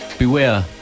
Beware